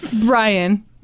Brian